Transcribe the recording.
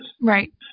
Right